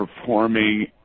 performing